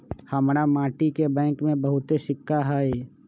हमरा माटि के बैंक में बहुते सिक्का हई